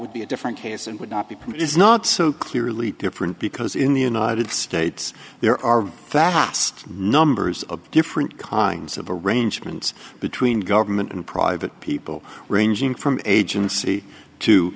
would be a different case and would not be permitted is not so clearly different because in the united states there are that last numbers of different kinds of arrangements between government and private people ranging from agency to